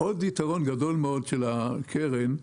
עוד יתרון גדול מאוד של הקרן הוא,